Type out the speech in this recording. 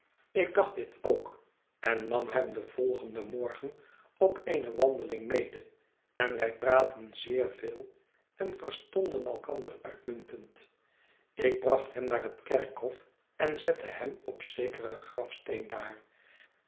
ik dacht dit ook en nam hem den volgenden morgen op eene wandeling mede en wij praatten zeer veel en verstonden elkander uitmuntend ik bracht hem naar het kerkhof en zette hem op zekeren grafsteen daar